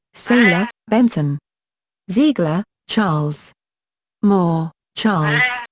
saler, benson ziegler, charles moore, charles.